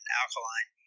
alkaline